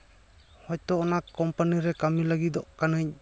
ᱦᱚᱭᱛᱳ ᱚᱱᱟ ᱠᱳᱢᱯᱟᱱᱤ ᱨᱮ ᱠᱟᱹᱢᱤ ᱞᱟᱹᱜᱤᱫᱚᱜ ᱠᱟᱹᱱᱟᱹᱧ